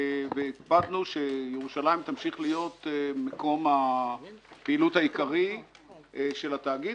והקפדנו שירושלים תמשיך להיות מקום הפעילות העיקרי של התאגיד,